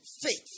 faith